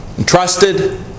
trusted